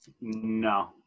No